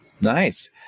Nice